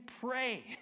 pray